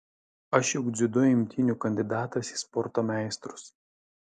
aš juk dziudo imtynių kandidatas į sporto meistrus